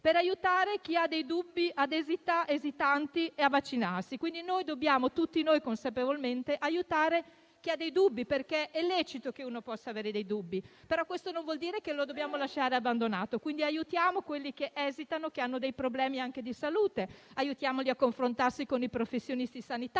per aiutare chi ha dei dubbi ed esita a vaccinarsi. Dobbiamo tutti noi, consapevolmente, aiutare chi ha dei dubbi, perché è lecito che si possano avere dei dubbi, ma questo non vuol dire che dobbiamo abbandonare queste persone. Aiutiamo quelli che esitano e che hanno dei problemi anche di salute; aiutiamoli a confrontarsi con i professionisti sanitari.